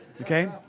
okay